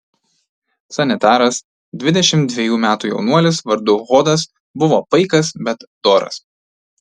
sanitaras dvidešimt dvejų metų jaunuolis vardu hodas buvo paikas bet doras